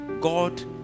God